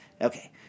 okay